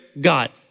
God